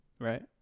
Right